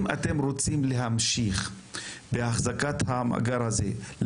אם אתם רוצים להמשיך בהחזקת המאגר הזה,